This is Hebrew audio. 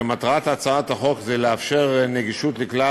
שמטרת הצעת החוק היא לאפשר נגישות לכלל